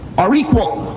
are equal.